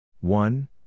One